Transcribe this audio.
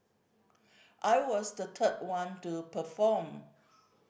I was the third one to perform